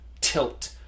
tilt